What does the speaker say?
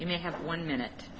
you may have one minute